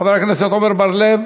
חבר הכנסת עמר בר-לב?